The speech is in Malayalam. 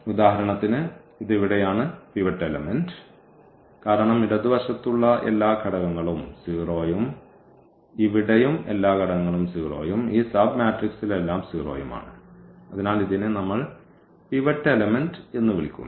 ഉദാഹരണത്തിന് ഇത് ഇവിടെയാണ് പിവറ്റ് എലമെന്റ് കാരണം ഇടതുവശത്തുള്ള എല്ലാ ഘടകങ്ങളും 0 ഉം ഇവിടെയും എല്ലാ ഘടകങ്ങളും 0 ഉം ഈ സബ് മാട്രിക്സിൽ എല്ലാം 0 ഉം ആണ് അതിനാൽ ഇതിനെ നമ്മൾ പിവറ്റ് എലമെന്റ് എന്ന് വിളിക്കുന്നു